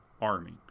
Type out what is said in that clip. army